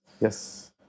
Yes